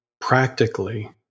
practically